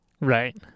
Right